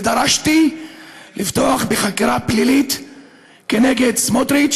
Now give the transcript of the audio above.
ודרשתי לפתוח בחקירה פלילית נגד סמוטריץ